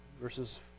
verses